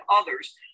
others